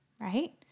right